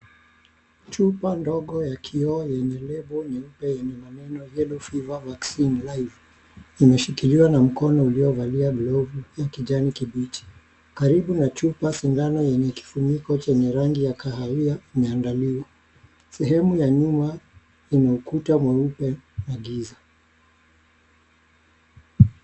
Chupa ndogo ya kioo yenye nembo nyeupe yenye maneno "yellow fever vaccine live" imeshikiliwa na mkono uliovalia glovu ya kijani kibichi. Karibu na chupa sindano yenye kifuniko chenye rangi ya kahawia imeandaliwa. Sehemu ya nyuma ni ukuta nyeupe na giza.